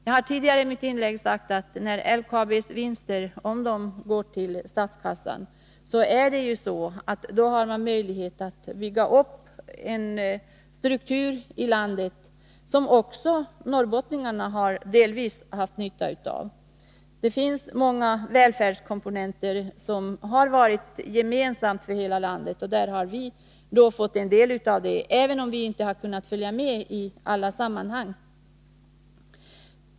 Jag har i mitt tidigare inlägg sagt, att om dessa vinster går till statskassan, är det möjligt att bygga upp en struktur i landet som också norrbottningarna delvis har nytta av. Många välfärdskomponenter har varit gemensamma för hela landet. Vi har också fått en del av dem, även om vi inte kunnat följa med i alla sammanhang.